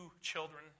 children